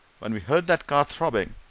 when we heard that car throbbing,